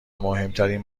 مهمترین